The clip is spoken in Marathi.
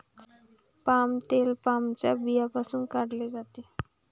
पाम तेल पामच्या बियांपासून काढले जाते